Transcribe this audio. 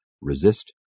resist